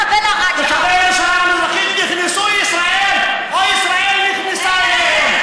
תושבי ירושלים המזרחית נכנסו לישראל או ישראל נכנסה אליהם?